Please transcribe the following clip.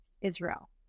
Israel